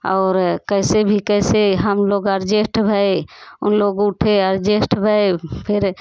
और कैसे भी कैसे हम लोग अर्जेस्ट भए उन लोग उठे अर्जेस्ट भए फिर